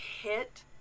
hit